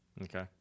Okay